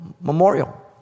memorial